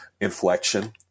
inflection